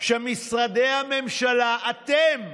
שמשרדי הממשלה, אתם,